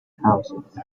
houses